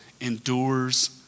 endures